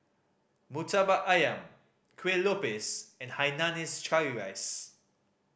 Murtabak Ayam kue lupis and hainanese curry rice